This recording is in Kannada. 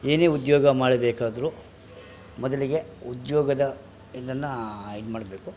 ಏನೇ ಉದ್ಯೋಗ ಮಾಡಬೇಕಾದರೂ ಮೊದಲಿಗೆ ಉದ್ಯೋಗದ ಇದನ್ನು ಇದು ಮಾಡಬೇಕು